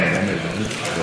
נתקבלה.